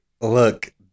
Look